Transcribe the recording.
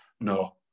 No